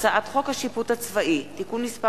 הצעת חוק הבנקאות (רישוי) (תיקון מס'